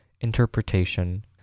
Interpretation